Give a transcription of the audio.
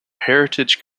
heritage